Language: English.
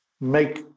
make